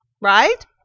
right